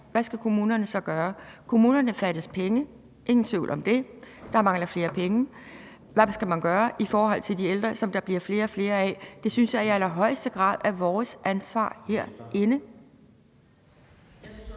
hvad skal kommunerne så gøre? Kommunerne fattes penge, ingen tvivl om det, der mangler flere penge, og hvad skal man gøre i forhold til de ældre, som der bliver flere og flere af? Det synes jeg i allerhøjeste grad er vores ansvar herinde.